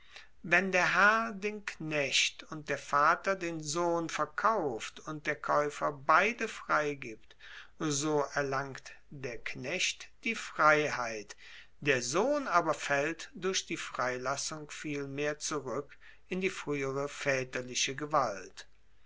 wenn der herr den knecht und der vater den sohn verkauft und der kaeufer beide freigibt so erlangt der knecht die freiheit der sohn aber faellt durch die freilassung vielmehr zurueck in die fruehere vaeterliche gewalt